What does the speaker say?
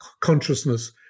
consciousness